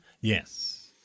Yes